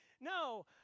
No